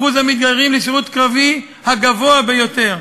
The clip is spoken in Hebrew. אחוז המתגייסים לשירות קרבי הגבוה ביותר,